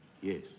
Yes